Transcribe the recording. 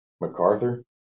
MacArthur